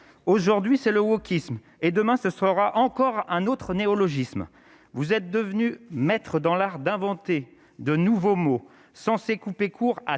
aujourd'hui c'est le wokisme et demain, ce sera encore un autre néologisme, vous êtes devenus maîtres dans l'art d'inventer de nouveaux mots censé couper court à